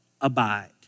Abide